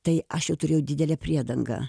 tai aš jau turėjau didelę priedangą